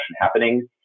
happening